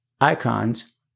icons